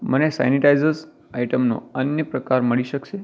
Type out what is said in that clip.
મને સૅનિટાઇઝર્સ આઇટમનો અન્ય પ્રકાર મળી શકશે